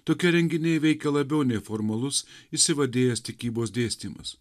tokia renginiai veikia labiau nei formalus išsivadėjęs tikybos dėstymas